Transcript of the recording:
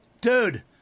Dude